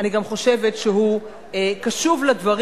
אני גם חושבת שהוא קשוב לדברים.